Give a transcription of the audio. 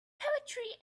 poetry